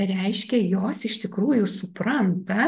reiškia jos iš tikrųjų supranta